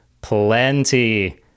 plenty